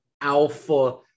alpha